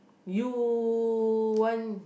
you want